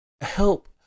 help